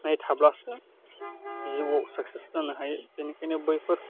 नाय थाब्लासो जिउआव साक्सेस जानो हायो बेनिखायनो बैफोर